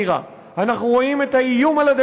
אנחנו רואים בדיוק איך זה נראה,